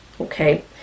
Okay